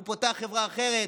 הוא פותח חברה אחרת,